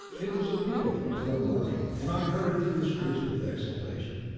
it was a beautiful, clear morning, and i hurried through the streets with exultation,